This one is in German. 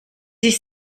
sich